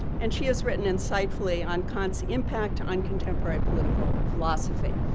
and she has written insightfully on kant's impact on contemporary political philosophy.